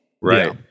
Right